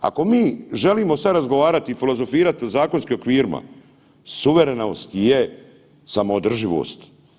Ako mi želimo sada razgovarati i filozofirati o zakonskim okvirima, suverenost je samoodrživost.